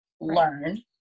learn